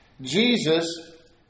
Jesus